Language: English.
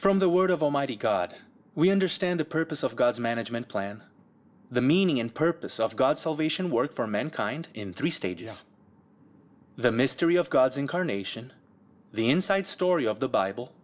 from the word of almighty god we understand the purpose of god's management plan the meaning and purpose of god salvation work for mankind in three stages the mystery of god's incarnation the inside story of the bible